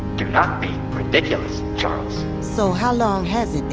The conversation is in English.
do not be ridiculous, charles so how long has